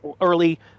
early